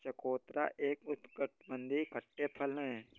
चकोतरा एक उष्णकटिबंधीय खट्टे फल है